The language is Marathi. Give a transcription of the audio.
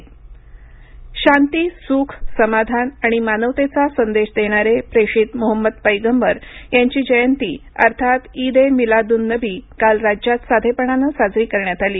ईद ए मिलादून्नबी शांती सुख समाधान आणि मानवतेचासंदेश देणारे प्रेषित मोहम्मद पैगंबर यांची जयंती अर्थात ईद ए मिलाद्न्नबी काल राज्यात साधेपणानं साजरी करण्यात आली